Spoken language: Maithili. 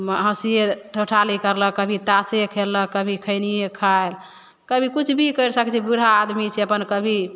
मे हँसिए ठट्ठाली करलक कभी ताशे खेललक कभी खैनिए खाइ कभी किछु भी करि सकै छै बूढ़ा आदमी छै अपन कभी